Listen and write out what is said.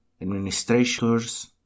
administrators